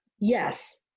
Yes